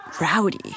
rowdy